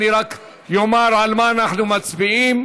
אני רק אומר על מה אנחנו מצביעים: